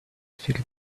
feel